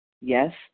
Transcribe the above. yes